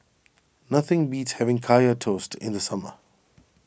nothing beats having Kaya Toast in the summer